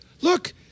look